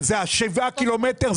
זה השבעה קילומטר.